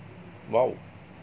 !wow!